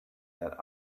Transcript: that